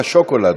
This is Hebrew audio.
כשוקולד.